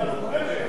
זאת אופוזיציה נלחמת.